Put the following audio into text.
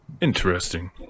Interesting